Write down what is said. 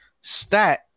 stat